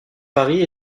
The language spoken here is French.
paris